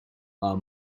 our